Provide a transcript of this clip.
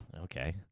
Okay